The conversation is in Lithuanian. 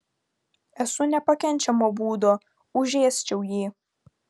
esu nepakenčiamo būdo užėsčiau jį